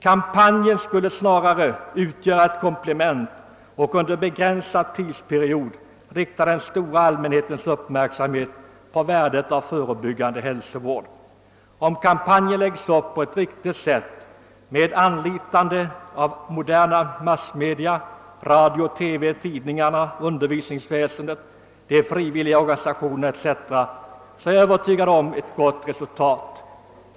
Kampanjen skulle snarare utgöra ett komplement till denna information och under begränsad tids period rikta den stora allmänhetens uppmärksamhet på värdet av förebyggande hälsovård. Om kampanjen läggs upp på ett riktigt sätt med anlitande av moderna massmedia såsom radio, TV, tidningar, undervisningsväsendet och de frivilliga organisationerna, är jag övertygad om ett gott resultat.